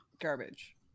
garbage